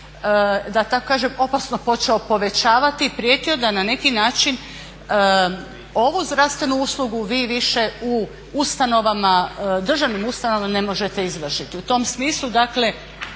da tako kažem opasno počeo povećavati i prijetio da na neki način ovu zdravstvenu uslugu vi više u ustanovama, državnim ustanovama ne možete izvršiti. U tom smislu osobno